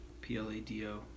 P-L-A-D-O